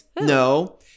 No